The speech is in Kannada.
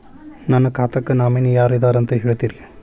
ನನ್ನ ಖಾತಾಕ್ಕ ನಾಮಿನಿ ಯಾರ ಇದಾರಂತ ಹೇಳತಿರಿ?